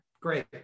great